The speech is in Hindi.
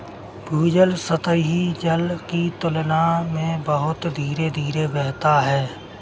भूजल सतही जल की तुलना में बहुत धीरे धीरे बहता है